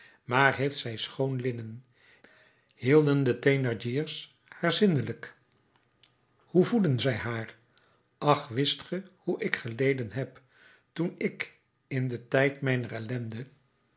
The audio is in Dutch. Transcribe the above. maar heeft zij schoon linnen hielden de thénardier's haar zindelijk hoe voedden zij haar ach wist ge hoe ik geleden heb toen ik in den tijd mijner ellende